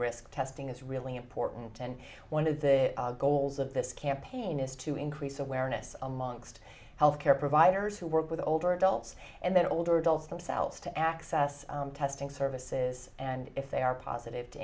risk testing is really important and one of the goals of this campaign is to increase awareness amongst health care providers who work with older adults and then older adults themselves to access testing services and if they are positive to